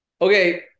Okay